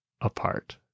apart